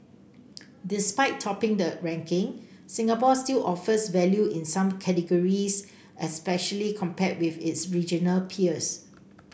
despite topping the ranking Singapore still offers value in some categories especially compared with its regional peers